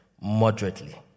moderately